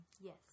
Yes